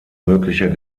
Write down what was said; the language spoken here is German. möglicher